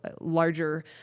larger